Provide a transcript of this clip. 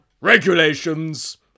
regulations